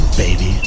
Baby